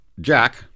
jack